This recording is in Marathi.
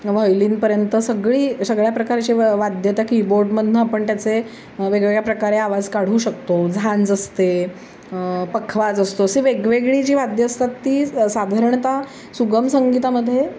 व्हॉयलीनपर्यंत सगळी सगळ्या प्रकारचे व वाद्य त्या कीबोर्डमधनं आपण त्याचे वेगवेगळ्या प्रकारे आवाज काढू शकतो झांज असते पखवाज असतो असे वेगवेगळी जी वाद्यं असतात ती साधारणतः सुगम संगीतामध्ये